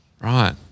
Right